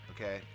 okay